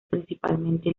principalmente